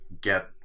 get